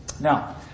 Now